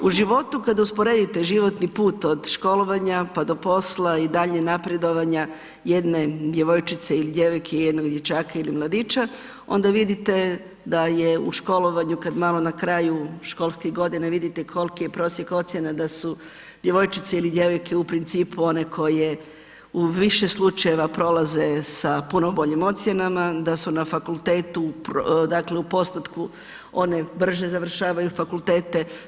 U životu kada usporedite životni put od školovanja pa do posla i dalje napredovanja jedne djevojčice ili djevojke i jednog dječaka ili mladića onda vidite da je u školovanju kada malo na kraju školske godine vidite koliki je prosjek ocjena da su djevojčice ili djevojke u principu one koje u više slučajeva prolaze sa puno boljim ocjenama, da su na fakultetu dakle u postotku one brže završavaju fakultete.